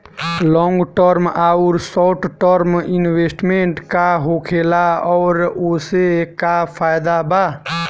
Long term आउर short term investment का होखेला और ओसे का फायदा बा?